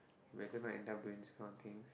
doing this kind of things